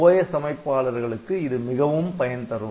OS அமைப்பாளர்களுக்கு இது மிகவும் பயன்தரும்